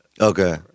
Okay